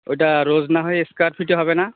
ওইটা রোজ না হয়ে স্কোয়ার ফিটে হবে না